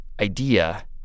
idea